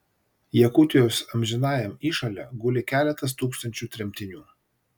jakutijos amžinajam įšale guli keletas tūkstančių tremtinių